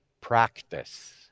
practice